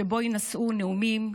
שבהם יינשאו נאומים,